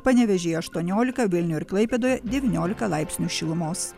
panevėžyje aštuoniolika vilniuje ir klaipėdoje devyniolika laipsnių šilumos